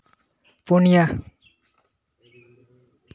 ᱯᱩᱱᱤᱭᱟ